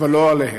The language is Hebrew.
אבל לא עליהם,